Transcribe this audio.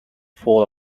full